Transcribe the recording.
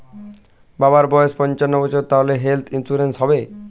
বাবার বয়স পঞ্চান্ন বছর তাহলে হেল্থ ইন্সুরেন্স হবে?